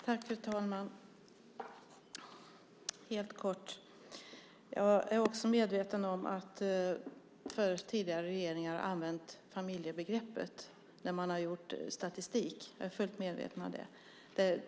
Fru talman! Helt kort: Jag är fullt medveten om att tidigare regeringar har använt familjebegreppet när man har gjort statistik.